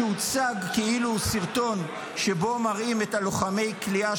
שהוצג כאילו הוא סרטון שבו מראים את לוחמי הכליאה